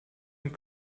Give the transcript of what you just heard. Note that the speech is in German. und